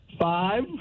Five